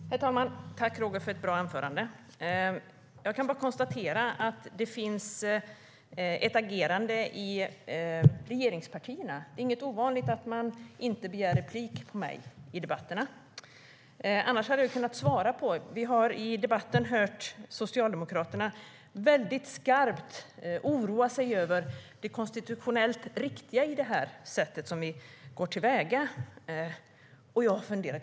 Herr talman! Tack, Roger, för ett bra anförande! Jag kan konstatera att det finns ett agerande i regeringspartierna. Det är inget ovanligt att man inte begär replik på mig i debatterna. Annars hade jag kunnat svara. Vi har i debatten hört Socialdemokraterna oroa sig skarpt över det konstitutionellt riktiga i det sätt som vi går till väga på. Jag har funderat.